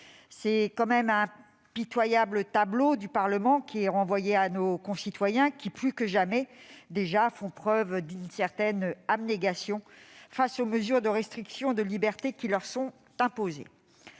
hémicycle. Quelle pitoyable image du Parlement est renvoyée à nos concitoyens qui, plus que jamais, font preuve d'une certaine abnégation face aux mesures de restriction de libertés qui leur sont imposées